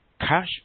cash